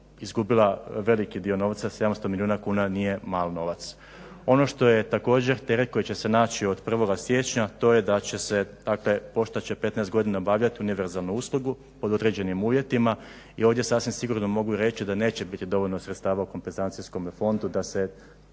izgubila veliki dio novca. 700 milijuna kuna nije malo novac. Ono što je također teret koji će se naći od 1.siječnja to je da će pošta će 15 godina obavljati univerzalnu uslugu pod određenim uvjetima. I ovdje sasvim sigurno mogu reći da neće biti dovoljno sredstava u kompenzacijskome fondu da se